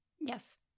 Yes